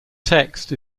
text